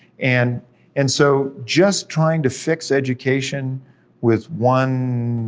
and and so just trying to fix education with one,